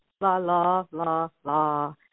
la-la-la-la